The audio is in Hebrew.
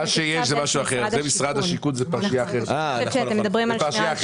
הוא לא להשלמה של פרויקטים.